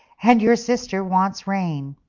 and your sister wants rain.